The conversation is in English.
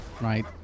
right